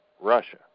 Russia